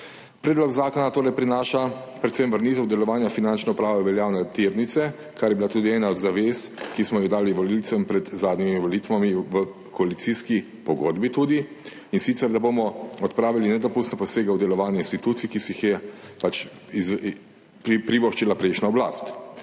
Predlog zakona torej prinaša predvsem vrnitev delovanja Finančne uprave v veljavne tirnice, kar je bila tudi ena od zavez, ki smo jo dali volivcem pred zadnjimi volitvami, tudi v koalicijski pogodbi, in sicer, da bomo odpravili nedopustne posege v delovanje institucij, ki si jih je privoščila prejšnja oblast.